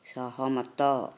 ସହମତ